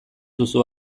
duzu